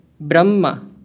Brahma